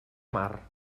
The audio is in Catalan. mar